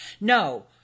no